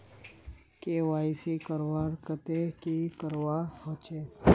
KYC करवार केते की करवा होचए?